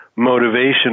motivation